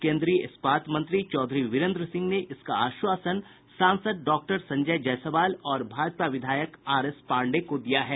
केन्द्रीय इस्पात मंत्री चौधरी विरेन्द्र सिंह ने इसका आश्वासन सांसद डॉक्टर संजय जायसवाल और भाजपा विधायक आर एस पांडेय को दिया है